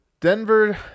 Denver